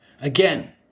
Again